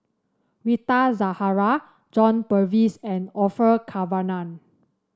Rita Zahara John Purvis and Orfeur Cavenagh